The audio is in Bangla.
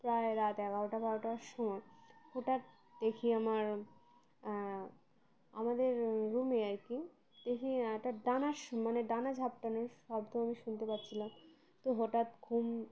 প্রায় রাত এগারোটা বারোটার সময় হঠাৎ দেখি আমার আমাদের রুমে আর কি দেখি একটা ডানার মানে ডানা ঝাপটানোর শব্দ আমি শুনতে পাচ্ছিলাম তো হঠাৎ ঘুম